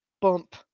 bump